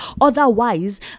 otherwise